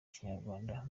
kinyarwanda